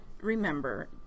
remember